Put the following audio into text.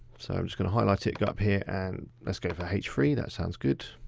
so i'm just gonna highlight it, go up here and let's go for heading three, that sounds good.